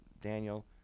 Daniel